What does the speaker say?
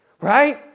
right